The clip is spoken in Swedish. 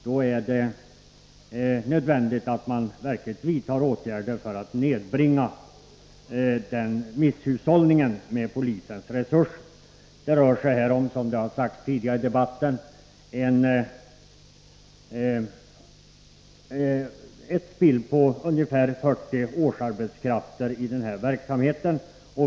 Därför är det nödvändigt att man verkligen vidtar åtgärder för att minska misshushållningen med polisens resurser. Såsom tidigare har sagts i debatten rör det sig om ett spill på ungefär 40 årsarbetskrafter i denna verksamhet.